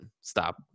stop